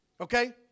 okay